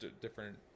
different